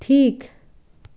ঠিক